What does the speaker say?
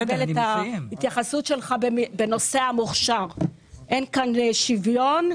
לקבל את ההתייחסות שלך בנושא המוכש"ר - אין כאן שוויון.